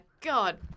God